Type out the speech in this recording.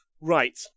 Right